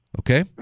okay